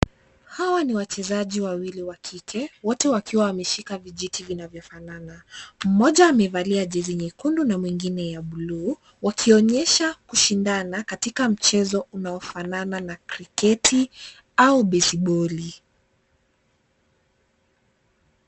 Hawa ni wachezaji wawili wa kike, wote wawili wakiwa wameshika vijiti vinavyofanana. Moja amevalia jezi nyekundu na mwengine ya buluu wakionyesha kushindani katika mchezo unaofanana na kriketi au besiboli..